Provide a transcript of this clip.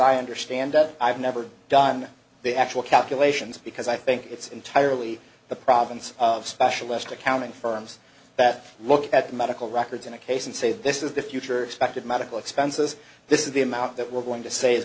i understand it i've never done the actual calculations because i think it's entirely the province of specialist accounting firms that look at medical records in a case and say this is the future spect of medical expenses this is the amount that we're going to say is